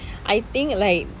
I think like